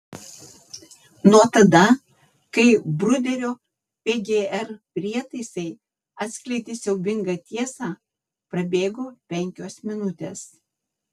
nuo tada kai bruderio pgr prietaisai atskleidė siaubingą tiesą prabėgo penkios minutės